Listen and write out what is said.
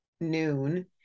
noon